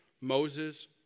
Moses